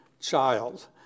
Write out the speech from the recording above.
child